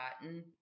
gotten